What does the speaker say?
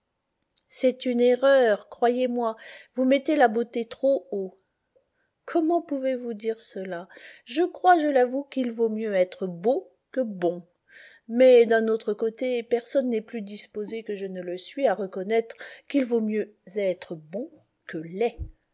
c'est une erreur croyez-moi vous mettez la beauté trop haut comment pouvez-vous dire cela je crois je l'avoue qu'il vaut mieux être beau que bon mais d'un autre côté personne n'est plus disposé que je ne le suis à reconnaître qu'il vaut mieux être bon que laid